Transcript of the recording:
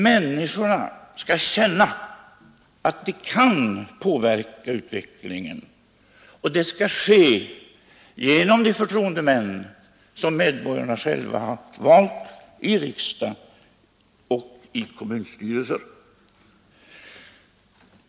Människorna skall känna att de kan påverka utvecklingen, och det skall ske genom de förtroendemän som medborgarna själva har valt i riksdag och i kommunstyrelser.